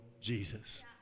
Jesus